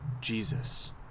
Jesus